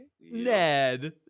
Ned